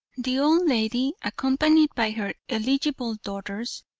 the old lady, accompanied by her eligible daughters,